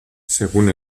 según